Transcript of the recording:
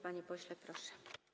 Panie pośle, proszę.